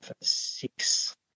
six